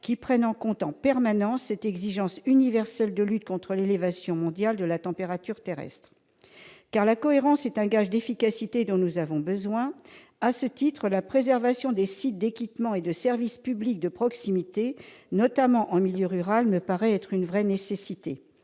qui prenne en compte en permanence cette exigence universelle de lutte contre l'élévation mondiale de la température terrestre, la cohérence étant un gage d'efficacité dont nous avons besoin. À ce titre, la préservation des sites d'équipement et de service public de proximité, notamment en milieu rural, me paraît une vraie nécessité,